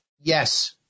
Yes